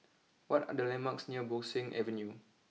what are the landmarks near Bo Seng Avenue